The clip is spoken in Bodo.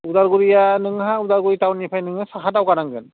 उदालगुरिया नोंहा उदालगुरि टाउननिफ्राय नोङो साहा दावगा नांगोन